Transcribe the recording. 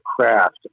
craft